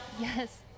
yes